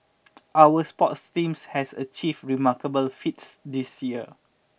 our sports teams has achieved remarkable feats this year